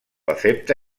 acepta